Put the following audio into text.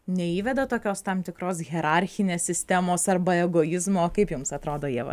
neįveda tokios tam tikros hierarchinės sistemos arba egoizmo kaip jums atrodo ieva